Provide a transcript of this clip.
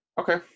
Okay